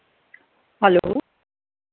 hello